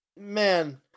man